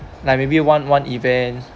like maybe you one one event